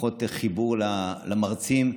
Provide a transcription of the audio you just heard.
פחות חיבור למרצים.